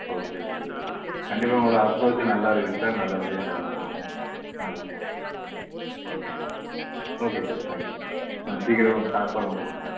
okay okay sir கண்டிப்பாக உங்களோடய approach நல்லாருக்குது சார் நல்லபடியாக டெவலப் ஆகும் நல்லபடியாக இருக்கும் ஓகே ஓகே சார் தேங்க்யூ கொஞ்சம் சீக்கிரம் ஷார்ப்பாக மட்டும் கொண்டு வாங்க